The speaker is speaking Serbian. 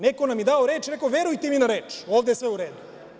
Neko nam je dao reč i rekao – verujte mi na reč, ovde je sve u redu.